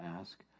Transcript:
ask